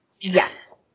Yes